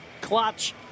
clutch